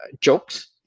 jokes